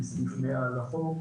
לפי סעיף 100 לחוק.